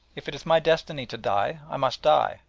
if it is my destiny to die i must die,